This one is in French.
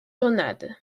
grenades